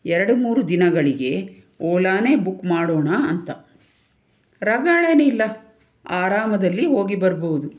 ಎರಡು ಮೂರು ದಿನಗಳಿಗೆ ಓಲಾನೇ ಬುಕ್ ಮಾಡೋಣ ಅಂತ ರಗಳೆಯೇ ಇಲ್ಲ ಆರಾಮದಲ್ಲಿ ಹೋಗಿ ಬರ್ಬೋದು